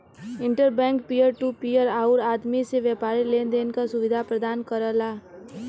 inter bank peer to peer आउर आदमी से व्यापारी लेन देन क सुविधा प्रदान करला